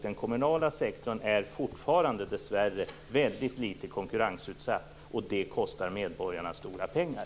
Den kommunala sektorn är dessvärre fortfarande väldigt litet konkurrensutsatt, och det kostar medborgarna stora pengar.